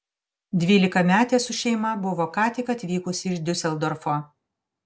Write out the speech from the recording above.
dvylikametė su šeima buvo ką tik atvykusi iš diuseldorfo